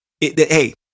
Hey